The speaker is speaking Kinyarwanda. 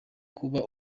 kuba